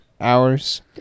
Hours